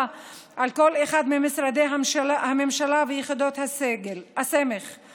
על כל אחד ממשרדי הממשלה ויחידות הסמך,